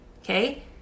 Okay